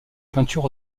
peinture